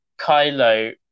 Kylo